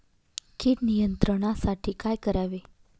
कीड नियंत्रणासाठी काय करावे?